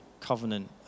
covenant